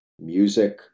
music